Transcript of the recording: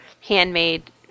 handmade